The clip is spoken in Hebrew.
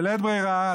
בלית ברירה,